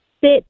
sit